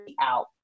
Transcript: out